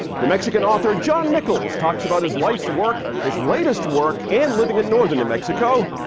new mexican author john nichols talks about his life's work, his latest work, and living in northern new mexico.